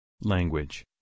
Language